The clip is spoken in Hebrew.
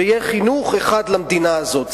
שיהיה חינוך אחד למדינה הזאת,